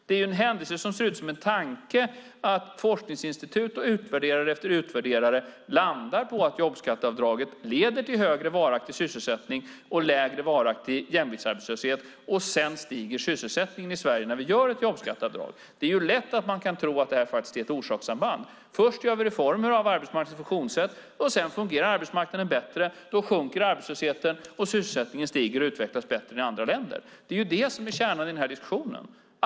Det är en händelse som ser ut som en tanke att forskningsinstitut och utvärderare efter utvärderare landar på att jobbskatteavdrag leder till högre varaktig sysselsättning och lägre varaktig jämviktsarbetslöshet. Sedan stiger sysselsättningen i Sverige när vi gör ett jobbskatteavdrag. Det är lätt att tro att det här faktiskt är ett orsakssamband. Först gör vi reformer av arbetsmarknadens funktionssätt och sedan fungerar arbetsmarknaden bättre. Då sjunker arbetslösheten, sysselsättningen stiger och utvecklas bättre än i andra länder. Det är ju det som är kärnan i den här diskussionen.